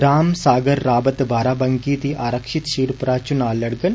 राम सागर रावत बारावंकी दी आरक्षित सीट पर चुनां लडगंन